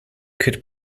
could